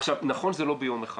נכון שזה לא ביום אחד